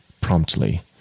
promptly